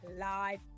live